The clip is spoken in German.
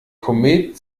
komet